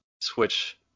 switch